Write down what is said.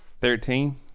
Thirteen